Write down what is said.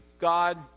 God